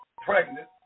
pregnant